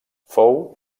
fou